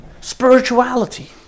Spirituality